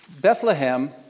Bethlehem